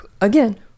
again